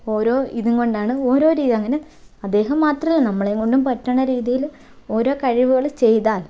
ഓരോ ഇതുംകൊണ്ടാണ് ഓരോ രീതി അങ്ങനെ അദ്ദേഹം മാത്രമല്ല നമ്മളെയും കൊണ്ടും പറ്റുന്ന രീതിയിൽ ഓരോ കഴിവുകൾ ചെയ്താൽ